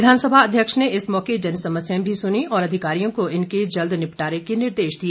विधानसभा अध्यक्ष ने इस मौके जनसमस्याएं भी सुनी और अधिकारियों को इनके जल्द निपटारे के निर्देश दिए